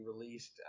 released